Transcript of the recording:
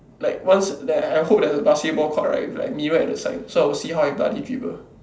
like once there I hope that the basketball court right with like mirror at the side so I will see how I bloody dribble